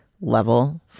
level